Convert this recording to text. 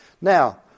Now